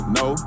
no